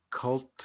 cult